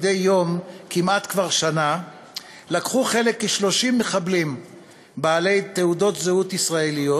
מדי יום כבר שנה כמעט לקחו חלק כ-30 מחבלים בעלי תעודות זהות ישראליות.